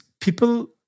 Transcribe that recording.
people